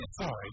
Sorry